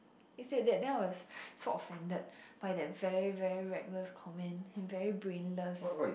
he said that then I was so offended by that very very reckless comment and very brainless